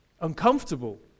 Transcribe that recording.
Uncomfortable